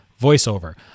voiceover